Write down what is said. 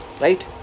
right